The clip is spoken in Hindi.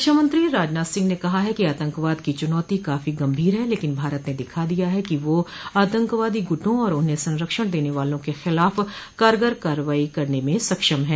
रक्षामंत्री राजनाथ सिंह ने कहा है कि आतंकवाद की चुनौती काफी गंभीर है लेकिन भारत ने दिखा दिया है कि वह आतंकवादी गुटों और उन्हें संरक्षण दने वालों के खिलाफ कारगर कार्रवाई में सक्षम है